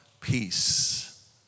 peace